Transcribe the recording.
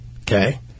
Okay